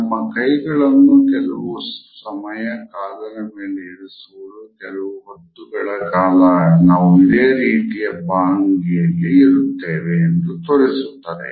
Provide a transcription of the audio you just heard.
ನಮ್ಮ ಕೈಗಳನ್ನು ಕೆಲವು ಸಮಯ ಕಾಲಿನ ಮೇಲೆ ಇರಿಸುವುದು ಕೆಲವು ಹೊತ್ತುಗಳ ಕಾಲ ನಾವು ಇದೆ ರೀತಿಯ ಭಾನಗಿಯಲ್ಲಿ ಇರುತ್ತೇವೆ ಎಂಬುದನ್ನು ತೋರಿಸುತ್ತದೆ